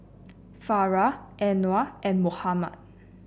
Farah Anuar and Muhammad